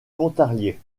pontarlier